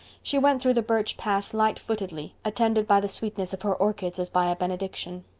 she went through the birch path light-footedly, attended by the sweetness of her orchids as by a benediction.